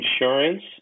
insurance